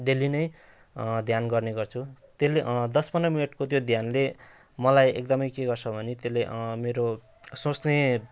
daily नै ध्यान गर्ने गर्छु त्यसले दस पन्ध्र मिनटको त्यो ध्यानले मलाई एकदमै के गर्छ भने त्यसले मेरो सोच्ने